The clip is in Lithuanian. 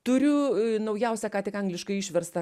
turiu naujausią ką tik angliškai išverstą